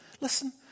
listen